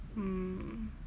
mm